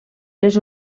les